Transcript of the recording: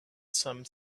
some